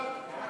ההצעה